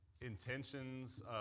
intentions